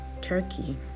Turkey